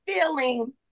feeling